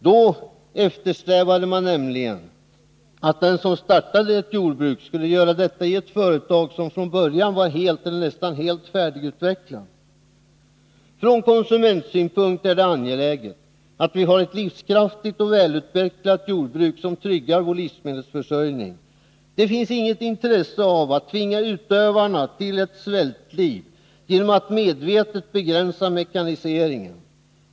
Då eftersträvade man nämligen ”att den som startade som jordbrukare skulle göra detta i ett företag som från början var helt eller nästan helt färdigutvecklat”. Från konsumentsynpunkt är det angeläget att vi har ett livskraftigt och 27 välutvecklat jordbruk, som tryggar vår livsmedelsförsörjning. Det finns inget intresse av att tvinga utövarna till ett svältliv genom att medvetet begränsa mekaniseringen.